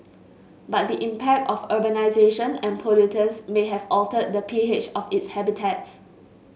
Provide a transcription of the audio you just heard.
but the impact of urbanisation and pollutants may have altered the P H of its habitats